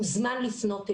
מוזמן לפנות אלינו.